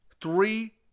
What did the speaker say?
Three